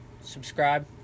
subscribe